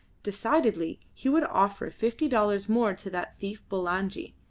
decidedly he would offer fifty dollars more to that thief bulangi.